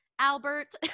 Albert